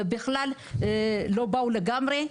ובכלל לא באו לגמרי,